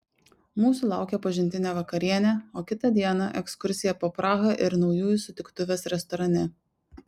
mūsų laukė pažintinė vakarienė o kitą dieną ekskursija po prahą ir naujųjų sutiktuvės restorane